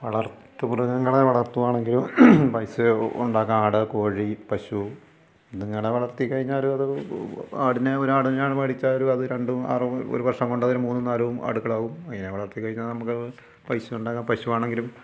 വളർത്ത് മൃഗങ്ങളെ വളർത്തുവാണെങ്കിലും പൈസ ഉണ്ടാക്കാൻ ആട് കോഴി പശു എന്നിങ്ങനെ വളർത്തിക്കഴിഞ്ഞാൽ ഒരു അത് ആടിനെ ഒരാടിനെ മേടിച്ചാൽ ഒരു അത് രണ്ട് ആറ് ഒരു വർഷം കൊണ്ടതിനെ മൂന്നും നാലും ആടുകളാവും അതിനെ വളർത്തിക്കഴിഞ്ഞാൽ നമുക്ക് പൈസയുണ്ടാക്കാം പശു ആണെങ്കിലും